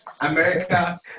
America